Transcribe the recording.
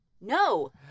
No